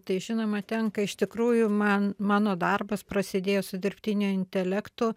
tai žinoma tenka iš tikrųjų man mano darbas prasidėjo su dirbtiniu intelektu